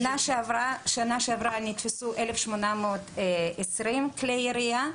בשנה שעברה נתפסו 1,820 כלי ירייה.